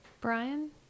Brian